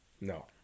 No